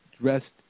dressed